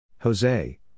Jose